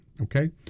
okay